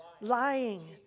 lying